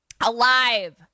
Alive